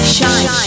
Shine